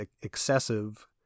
excessive